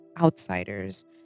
outsiders